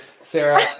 Sarah